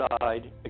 side –